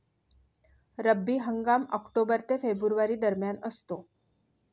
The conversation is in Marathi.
रब्बी हंगाम ऑक्टोबर ते फेब्रुवारी दरम्यान असतो